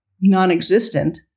non-existent